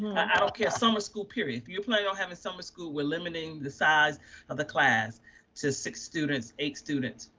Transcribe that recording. i don't care, summer school period. if you're planning on having summer school, we're limiting the size of the class to six students, eight students